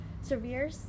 severe